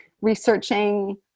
researching